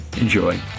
enjoy